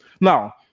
Now